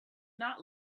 not